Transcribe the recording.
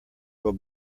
will